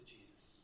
Jesus